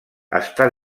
està